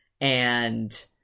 and-